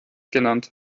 genannt